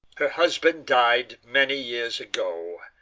her husband died many years ago.